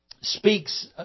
speaks